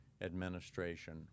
administration